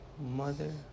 Mother